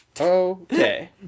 Okay